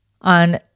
on